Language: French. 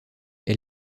est